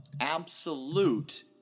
absolute